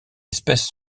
espèces